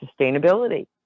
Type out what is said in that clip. sustainability